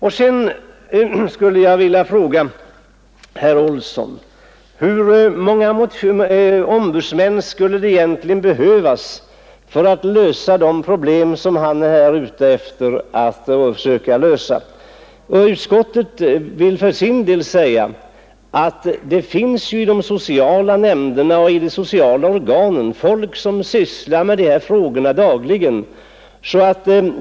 Vidare skulle jag vilja fråga herr Olsson i Kil: Hur många ombudsmän skulle det egentligen behövas för att lösa de problem som han är ute efter att finna en lösning på? — Utskottet säger för sin del att det i de sociala nämnderna finns folk som sysslar med dessa frågor dagligen.